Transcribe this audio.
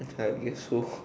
I'm here so